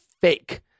fake